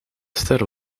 ster